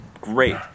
great